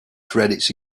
credits